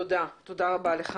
תודה רבה.